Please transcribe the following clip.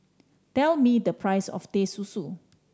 tell me the price of Teh Susu